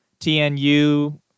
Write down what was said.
TNU